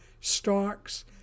stocks